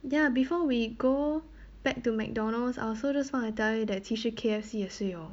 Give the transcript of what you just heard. ya before we go back to McDonald's I also just want to tell you that 其实 K_F_C 也是有